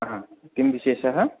किं विशेषः